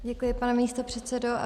Děkuji, pane místopředsedo.